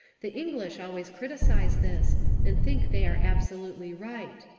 the english always criticise this and think they are absolutely right.